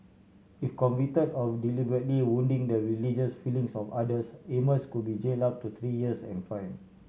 if convicted of deliberately wounding the religious feelings of others Amos could be jailed up to three years and fined